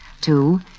Two